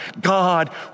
God